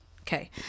okay